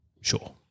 Sure